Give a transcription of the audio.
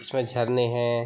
इसमें झरने हैं